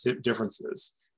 differences